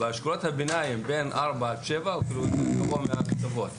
באשכולות הביניים בין ארבע עד שבע הוא יותר גבוה מהקצוות.